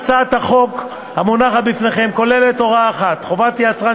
בהצעת החוק המונחת בפניכם הוראה אחת: חובת יצרן